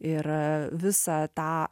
ir visą tą